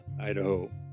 Idaho